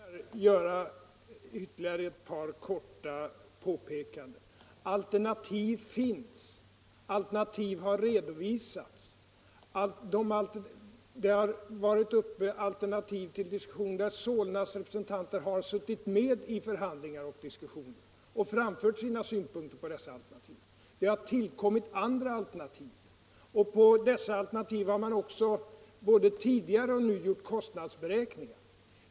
Herr talman! Jag måste tyvärr göra ytterligare ett par korta påpekanden. Alternativ finns, alternativ har redovisats. Det har varit alternativ uppe till diskussion, då Solnas representanter har suttit med i förhandlingarna och framfört sina synpunkter på dessa alternativ. Det har tillkommit andra alternativ, och på dessa alternativ har man också både tidigare och nu gjort kostnadsberäkningar.